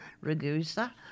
Ragusa